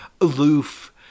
aloof